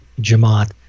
Jamaat